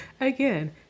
again